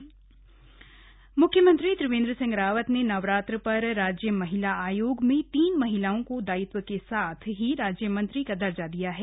नवरात्र का तोहफा म्ख्यमंत्री त्रिवेंद्र सिंह रावत ने नवरात्र पर राज्य महिला आयोग में तीन महिलाओं को दायित्व के साथ ही राज्य मंत्री का दर्जा दिया है